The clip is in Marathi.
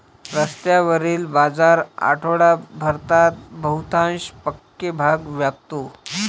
रस्त्यावरील बाजार आठवडाभरात बहुतांश पक्के भाग व्यापतो